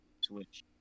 switch